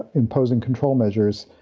imposing control measures.